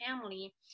family